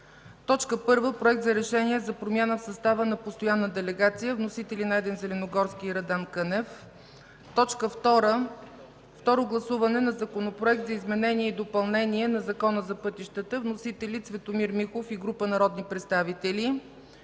2015 г.: 1. Проект за решение за промяна в състава на постоянна делегация. Вносители: Найден Зеленогорски и Радан Кънев. 2. Второ гласуване на Законопроекта за изменение и допълнение на Закона за пътищата. Вносители: Цветомир Михов и група народни представители.